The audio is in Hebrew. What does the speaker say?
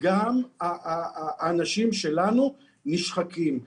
גם האנשים שלנו נשחקים.